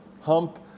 hump